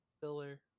Filler